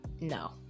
No